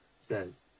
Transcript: says